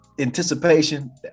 Anticipation